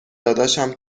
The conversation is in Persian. داداشم